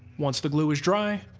once the glue is dry,